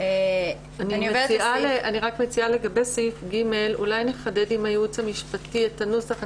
אני רק מציעה לגבי סעיף (ג) לחדד עם הייעוץ המשפטי את הנוסח.